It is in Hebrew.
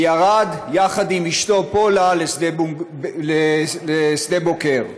וירד, יחד עם אשתו פולה, לשדה בוקר,